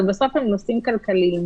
אבל בסוף הם נושאים כלכליים.